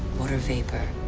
water vapor,